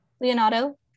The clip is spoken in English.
Leonardo